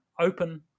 open